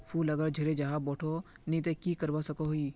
फूल अगर झरे जहा बोठो नी ते की करवा सकोहो ही?